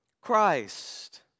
Christ